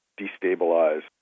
destabilize